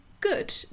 good